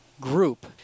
group